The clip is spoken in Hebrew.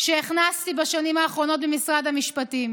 שהכנסתי בשנים האחרונות במשרד המשפטים.